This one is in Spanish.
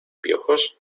piojos